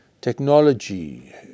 Technology